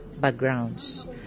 backgrounds